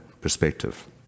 perspective